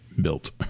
built